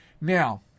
Now